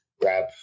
grab